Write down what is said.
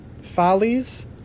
follies